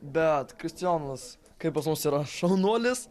bet kristijonas kai pas mus yra šaunuolis